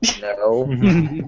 No